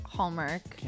Hallmark